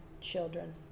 children